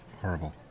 Horrible